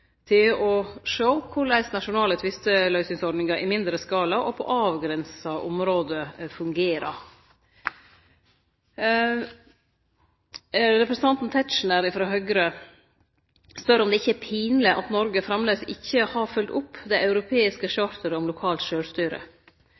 til å sjå korleis nasjonale tvisteløysingsordningar i mindre skala og på avgrensa område fungerer. Representanten Tetzschner frå Høgre spør om det ikkje er pinleg at Noreg framleis ikkje har følgt opp det europeiske